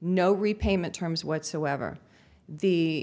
no repayment terms whatsoever the